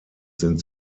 sind